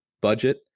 budget